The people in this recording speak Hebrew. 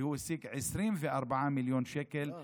והוא השיג 24 מיליון שקל,